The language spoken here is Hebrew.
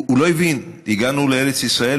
הוא לא הבין: הגענו לארץ ישראל,